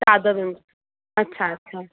चादरूं अच्छा अच्छा